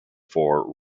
for